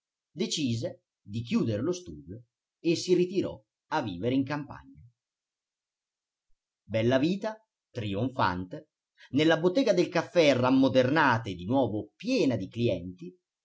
decise di chiuder lo studio e si ritirò a vivere in campagna bellavita trionfante nella bottega del caffè rammodernata e di nuovo piena di clienti